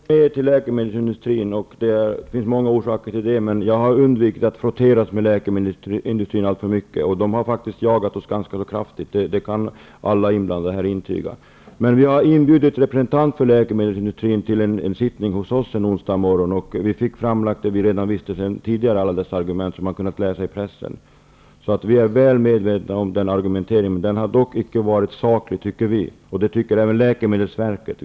Fru talman! Jag deltog inte i mötet med läkemedelsindustrin, och det finns många orsaker till det. Jag har undvikit att frottera mig med läkemedelsindustrin alltför mycket. Man har faktiskt jagat oss ganska intensivt, vilket alla inblandade här kan intyga. Vi inbjöd en representant från läkemedelsindustrin till en sittning hos oss en onsdagsmorgon. Vi fick då framlagt för oss alla argument som vi kände till sedan tidigare och som man sedan har kunnat läsa om i pressen. Vi är alltså väl medvetna om denna argumetering, men vi tycker dock inte att den har varit saklig, och det tycker man även på läkemedelsverket.